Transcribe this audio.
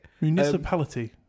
Municipality